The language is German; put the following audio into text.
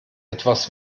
etwas